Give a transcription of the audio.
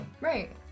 Right